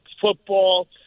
football